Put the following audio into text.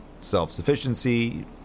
self-sufficiency